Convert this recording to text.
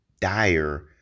dire